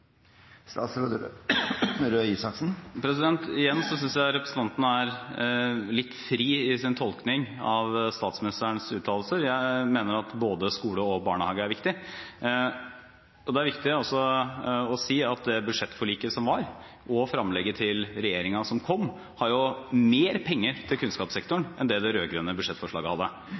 Igjen synes jeg representanten er litt fri i sin tolkning av statsministerens uttalelser. Jeg mener at både skole og barnehage er viktig. Det er viktig å si at det budsjettforliket som var, og fremlegget til regjeringen som kom, har mer penger til kunnskapssektoren enn det det rød-grønne budsjettforslaget hadde.